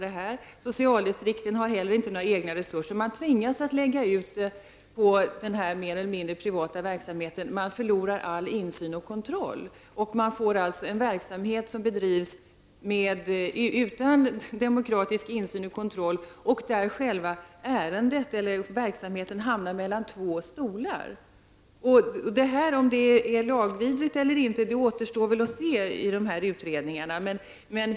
Inte heller socialdistrikten har några egna resurser. Man tvingas att anlita sådan här mer eller mindre privat verksamhet. Man förlorar all insyn och kontroll och får alltså en verksamhet som bedrivs utan demokratisk insyn eller kontroll och där själva ärendet eller verksamheten hamnar mellan två stolar. Om det här är lagvidrigt eller inte återstår väl att se i utredningarna.